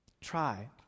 Try